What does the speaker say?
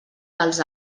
dels